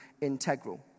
integral